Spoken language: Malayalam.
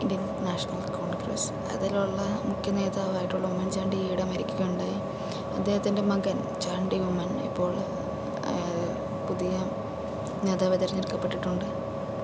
ഇന്ത്യൻ നാഷണൽ കോൺഗ്രസ് അതിലുള്ള മുഖ്യ നേതാവ് ആയിട്ടുള്ള ഉമ്മൻചാണ്ടി ഈയിടെ മരിക്കുകയുണ്ടായി അദ്ദേഹത്തിൻ്റെ മകൻ ചാണ്ടി ഉമ്മൻ ഇപ്പോൾ പുതിയ നേതാവായി തിരഞ്ഞെടുക്കപ്പെട്ടിട്ടുണ്ട്